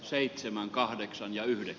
seitsemän kahdeksan ja yli